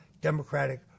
Democratic